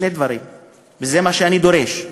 וזה מה שאני דורש: